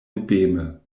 dubeme